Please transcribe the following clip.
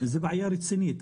זו בעיה רצינית.